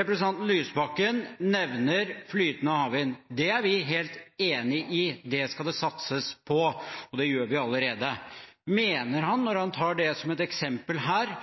representanten Lysbakken nevner flytende havvind – det er vi helt enig i at det skal satses på, og det gjør vi allerede – mener han, når